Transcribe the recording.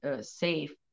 safe